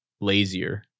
lazier